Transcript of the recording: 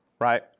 right